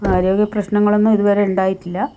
ആരോഗ്യപ്രശ്നങ്ങളൊന്നും ഇതുവരെ ഉണ്ടായിട്ടില്ല